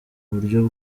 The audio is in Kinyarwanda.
buryo